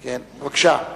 בבקשה.